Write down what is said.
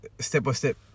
step-by-step